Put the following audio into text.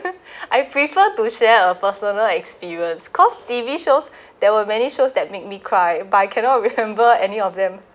I prefer to share a personal experience cause T_V shows there were many shows that make me cry but I cannot remember any of them